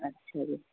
ਅੱਛਾ ਜੀ